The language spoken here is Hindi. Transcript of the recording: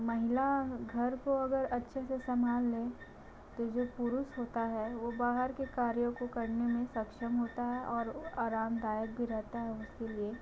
महिला घर को अगर अच्छे से सम्भाल ले तो जो पुरुष होता है वह बाहर के कार्यो को करने में सक्षम होता है और आरामदायक भी रहता है उसके लिए